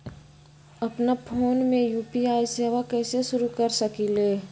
अपना फ़ोन मे यू.पी.आई सेवा कईसे शुरू कर सकीले?